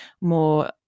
more